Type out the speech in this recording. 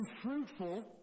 fruitful